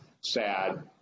sad